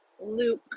Luke